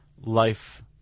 life